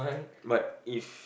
but if